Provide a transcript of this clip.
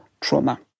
trauma